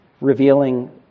revealing